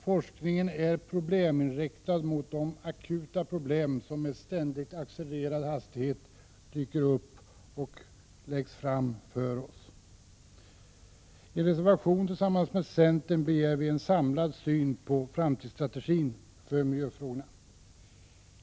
Forskningen är inriktad mot de akuta problem som i ständigt accelererad takt dyker upp och läggs fram för oss. I en reservation tillsammans med centern begär vi en samlad syn på framtidsstrategin för miljöfrågorna.